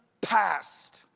passed